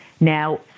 Now